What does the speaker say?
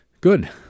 Good